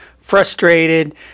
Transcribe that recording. frustrated